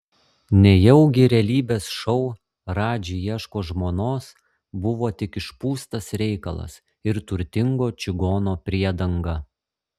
nejaugi realybės šou radži ieško žmonos buvo tik išpūstas reikalas ir turtingo čigono priedanga